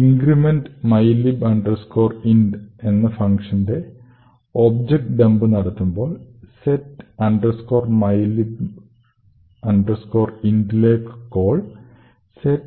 increment mylib int എന്ന ഫങ്ഷന്റെ object dump നടത്തുമ്പോൾ set mylib int ലേക്കുള്ള കോൾ set